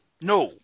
No